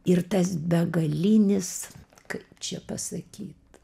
ir tas begalinis kaip čia pasakyt